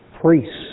priests